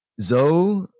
Zoe